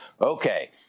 Okay